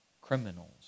criminals